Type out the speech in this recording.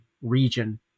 region